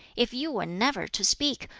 if you were never to speak,